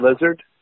lizard